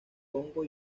congo